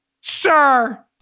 sir